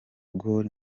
gor